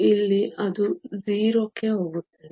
ಇಲ್ಲಿ ಅದು 0 ಕ್ಕೆ ಹೋಗುತ್ತದೆ